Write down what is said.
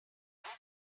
ice